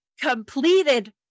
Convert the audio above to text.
completed